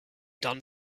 done